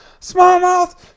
smallmouth